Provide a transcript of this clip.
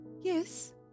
Yes